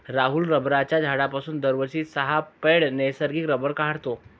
राहुल रबराच्या झाडापासून दरवर्षी सहा पौंड नैसर्गिक रबर काढतो